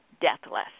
deathless